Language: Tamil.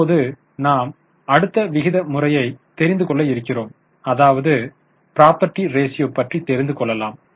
இப்போது நாம் அடுத்த விகித முறையை தெரிந்து கொள்ள இருக்கிறோம் அதாவது ப்ராபர்டி ரேஸியோ பற்றி தெரிந்துகொள்ளலாம்